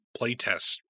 playtests